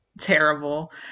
terrible